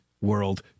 world